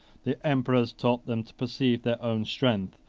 the emperors taught them to perceive their own strength,